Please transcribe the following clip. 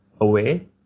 away